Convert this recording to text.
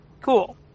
Cool